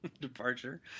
departure